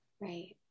Right